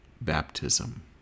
baptism